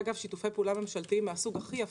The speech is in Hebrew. שיתופי פעולה ממשלתיים מן הסוג הכי יפה,